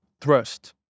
thrust